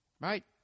Right